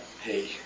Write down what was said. Hey